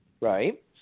Right